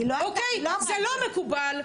אוקי, זה לא מקובל,